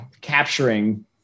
capturing